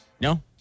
No